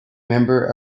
member